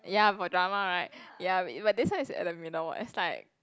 ya for drama right ya but this one is at the middle one is like